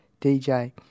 DJ